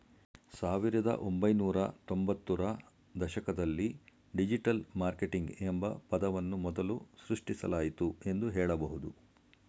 ಸಾವಿರದ ಒಂಬೈನೂರ ತ್ತೊಂಭತ್ತು ರ ದಶಕದಲ್ಲಿ ಡಿಜಿಟಲ್ ಮಾರ್ಕೆಟಿಂಗ್ ಎಂಬ ಪದವನ್ನು ಮೊದಲು ಸೃಷ್ಟಿಸಲಾಯಿತು ಎಂದು ಹೇಳಬಹುದು